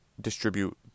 distribute